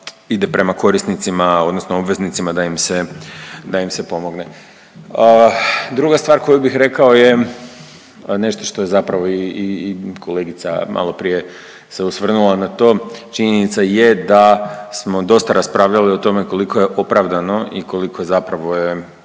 ide prema korisnicima, odnosno obveznicima da im se pomogne. Druga stvar koju bih rekao je nešto što je zapravo i kolegica malo prije se osvrnula na to. Činjenica je da smo dosta raspravljali o tome koliko je opravdano i koliko zapravo je